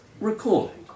Recording